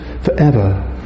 forever